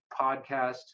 podcast